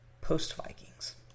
post-Vikings